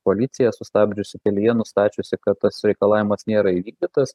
policija sustabdžiusi kelyje nustačiusi kad tas reikalavimas nėra įvykdytas